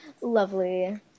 lovely